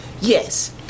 Yes